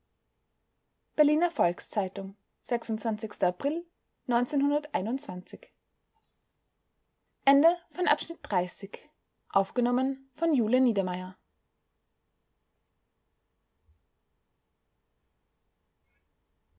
berliner volks-zeitung april